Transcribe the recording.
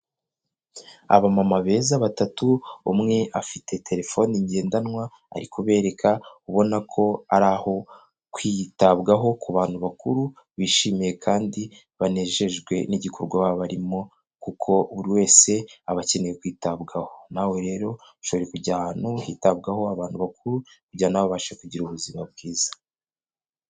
Abamama beza batatu umwe afite telefone ngendanwa ari kubereka ubona ko ari aho kwitabwaho ku bantu bakuru bishimiye kandi banejejwe n'igikorwa baba barimo kuko buri wese aba akeneye kwitabwaho, nawe rero ushobora kujya ahantu hitabwaho abantu bakuru kugira nawe ubashe kugira ubuzima bwiza.